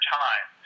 time